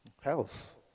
health